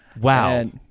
Wow